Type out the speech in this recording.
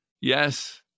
yes